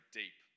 deep